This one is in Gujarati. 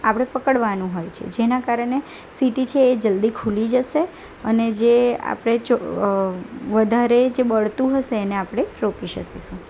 આપણે પકડવાનું હોય છે જેના કારણે સિટી છે એ જલદી ખૂલી જશે અને જે આપણે વધારે જે બળતું હશે એને આપણે રોકી શકીશું